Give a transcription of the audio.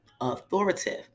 authoritative